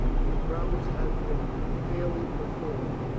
your promise hath been fairly performed.